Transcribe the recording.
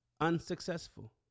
unsuccessful